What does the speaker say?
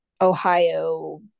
Ohio